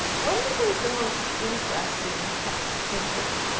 what do you think the most interesting text feature